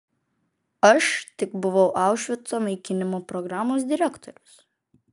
aš tik buvau aušvico naikinimo programos direktorius